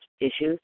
issues